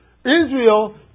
Israel